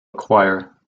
acquire